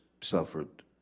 suffered